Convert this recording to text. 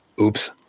Oops